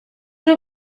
una